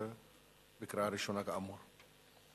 בקריאה ראשונה, כאמור.